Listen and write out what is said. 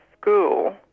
school